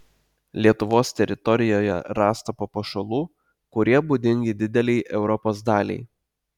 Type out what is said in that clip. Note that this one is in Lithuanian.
lietuvos teritorijoje rasta papuošalų kurie būdingi didelei europos daliai